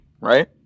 right